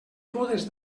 podes